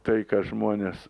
tai ką žmonės